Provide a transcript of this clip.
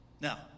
Now